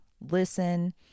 listen